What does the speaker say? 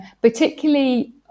particularly